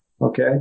Okay